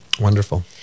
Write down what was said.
Wonderful